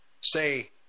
say